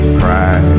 cry